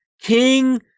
king